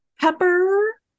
Pepper